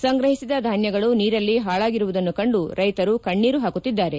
ಸಂಗ್ರಹಿಸಿದ ಧಾನ್ಯಗಳು ನೀರಲ್ಲಿ ಪಾಳಾಗಿರುವುದನ್ನು ಕಂಡು ರೈತರು ಕಣ್ಣೇರು ಪಾಕುತ್ತಿದ್ದಾರೆ